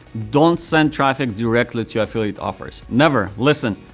don't send traffic directly to affiliate offers. never, listen,